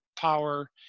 power